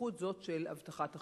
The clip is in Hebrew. בייחוד זו של הבטחת הכנסה.